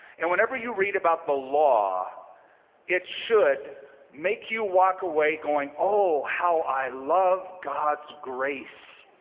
and whenever you read about the law it should make you walk away going, oh, how i love god's grace.